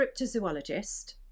cryptozoologist